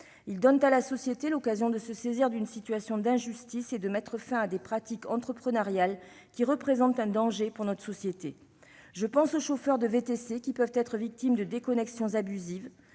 ils donnent à la société l'occasion de se saisir d'une situation d'injustice et de mettre fin à des pratiques entrepreneuriales qui représentent un danger pour notre société. Je pense aux chauffeurs de VTC, qui peuvent être victimes de déconnexions abusives